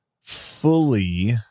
fully